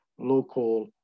local